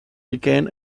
began